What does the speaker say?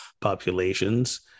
populations